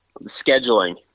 scheduling